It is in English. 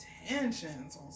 intentions